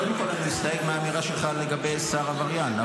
קודם כול אני מסתייג מהאמירה שלך לגבי שר עבריין.